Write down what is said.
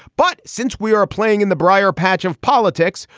but since we are playing in the briar patch of politics,